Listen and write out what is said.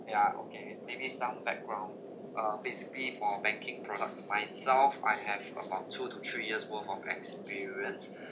ya okay maybe some background uh basically for banking products by itself I have about two to three years worth of experience